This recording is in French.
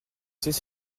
sais